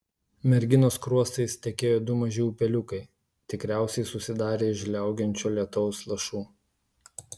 merginos skruostais tekėjo du maži upeliukai tikriausiai susidarę iš žliaugiančio lietaus lašų